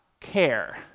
care